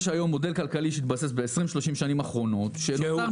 יש היום מודל כלכלי שהתבסס ב-30-20 השנים האחרונות -- שהוא?